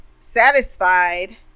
satisfied